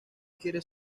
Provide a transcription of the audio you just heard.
quiere